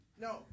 No